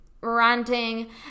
ranting